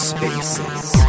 Spaces